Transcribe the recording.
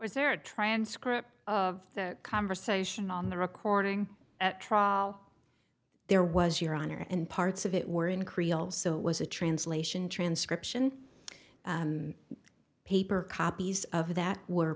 is there a transcript of the conversation on the recording at trial there was your honor and parts of it were in korea also was a translation transcription paper copies of that were